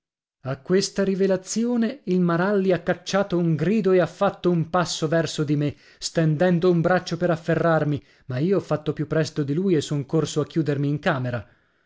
a questa rivelazione il maralli ha cacciato un grido e ha fatto un passo verso di me stendendo un braccio per afferrarmi ma io ho fatto più presto di lui e son corso a chiudermi in camera